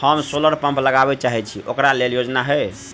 हम solar pump लगाबै चाहय छी ओकरा लेल योजना हय?